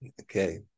Okay